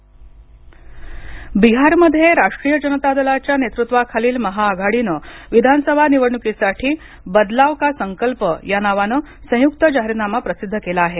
बिहार आघाडी बिहारमध्ये राष्ट्रीय जनता दलाच्या नेतृत्वाखालील महाआघाडीनं विधानसभा निवडणुकीसाठी बदलाव का संकल्प या नावानं संयुक्त जाहीरनामा प्रसिद्ध केला आहे